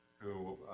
who